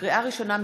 לקריאה ראשונה,